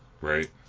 Right